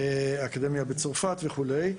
האקדמיה בצרפת וכדומה.